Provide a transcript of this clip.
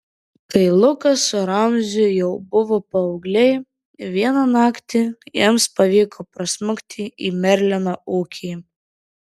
kai lukas su ramziu jau buvo paaugliai vieną naktį jiems pavyko prasmukti į merlino ūkį